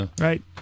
Right